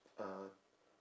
uh